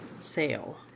sale